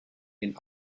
den